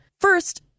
First